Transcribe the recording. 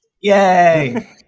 Yay